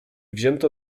wzięto